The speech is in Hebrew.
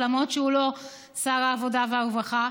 למרות שהוא לא שר העבודה והרווחה,